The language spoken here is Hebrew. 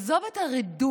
עזוב את הרדוקציה,